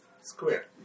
Square